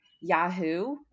Yahoo